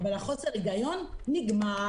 אבל חוסר ההיגיון נגמר.